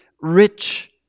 rich